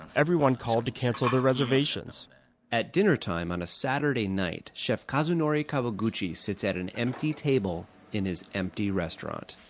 everyone called to cancel their reservations at dinnertime on a saturday night, chef kazunori kawaguchi sits at an empty table in his empty restaurant.